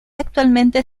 actualmente